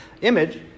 image